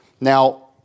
Now